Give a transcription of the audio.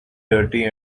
dirty